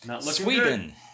Sweden